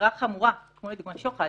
כמו לדוגמה שוחד,